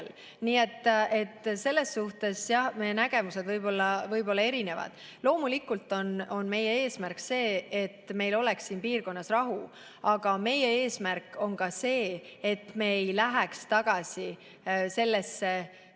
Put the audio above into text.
Nii et selles suhtes meie nägemused võib-olla erinevad. Loomulikult on meie eesmärk see, et meil oleks siin piirkonnas rahu. Aga meie eesmärk on ka see, et me ei läheks tagasi sellesse